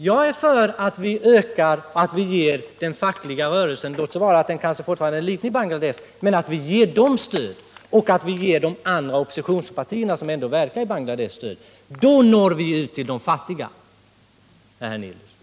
Jag är för att vi ger stöd åt den fackliga rörelsen i Bangladesh, låt vara att den fortfarande kanske är liten, och att vi ger de oppositionspartier som ändå verkar i Bangladesh stöd. Då når vi ut till de fattiga, herr Hernelius.